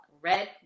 red